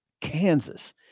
Kansas